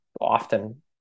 often